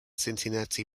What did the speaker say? cincinnati